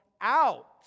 out